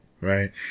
Right